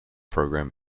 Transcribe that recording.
program